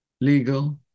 legal